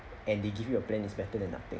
and they give you a plan is better than nothing